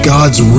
God's